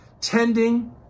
tending